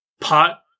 pot